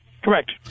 Correct